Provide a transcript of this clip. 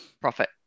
Profit